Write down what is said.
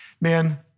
Man